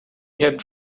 had